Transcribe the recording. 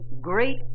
great